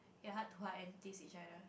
ya heart to heart and tease each other